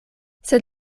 sed